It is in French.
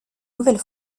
nouvelle